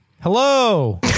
hello